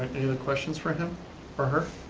questions for him or her?